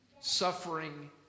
suffering